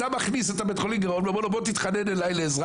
אתה מכניס את בית החולים לגירעון ואומר לו תתחנן אלי לעזרה